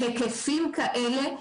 בהיקפים כאלה,